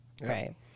right